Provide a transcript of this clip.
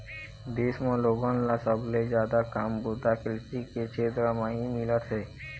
देश म लोगन ल सबले जादा काम बूता कृषि के छेत्र म ही मिलत हे